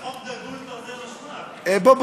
אגב, חוק דגול כזה, בוא,